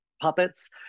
puppets